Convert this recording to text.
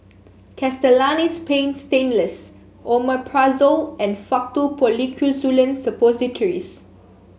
Castellani's Paint Stainless Omeprazole and Faktu Policresulen Suppositories